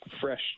fresh